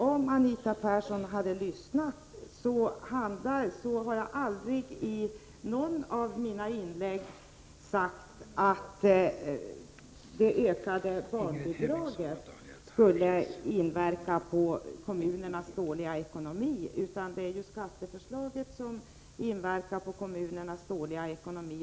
Om Anita Persson hade lyssnat hade hon hört att jag aldrig i något av mina inlägg har sagt att det höjda barnbidraget skulle inverka på kommunernas dåliga ekonomi. Det är ju skatteförslaget och skattestoppet som inverkar på kommunernas dåliga ekonomi.